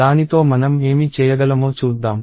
దానితో మనం ఏమి చేయగలమో చూద్దాం